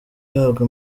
ihabwa